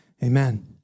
Amen